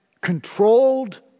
controlled